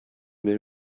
بریم